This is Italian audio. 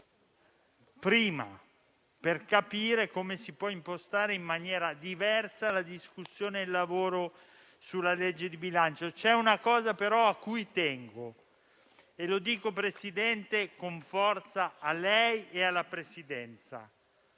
prima, per capire come si può impostare in maniera diversa la discussione e il lavoro sulla legge di bilancio. C'è una cosa a cui tengo, signor Presidente, e lo dico con forza a lei e alla Presidenza: